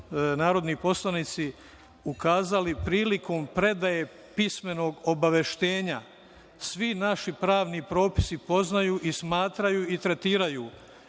narodni poslanici ukazali prilikom predaje pismenog obaveštenja, svi naši pravni propisi poznaju i smatraju i tretiraju